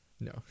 no